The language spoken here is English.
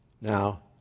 Now